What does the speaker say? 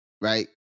right